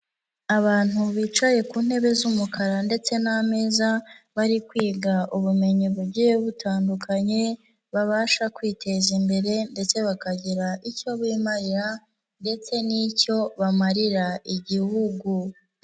Abantu bicaye ku ntebe z'umukara ndetse n'ameza, bari kwiga ubumenyi bugiye butandukanye babasha kwiteza imbere ndetse bakagira icyo bimarira ndetse n'icyo bamarira Igihugu.